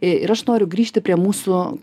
ir aš noriu grįžti prie mūsų